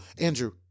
Andrew